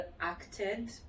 acted